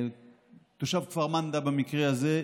תושב כפר מנדא במקרה הזה,